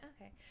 okay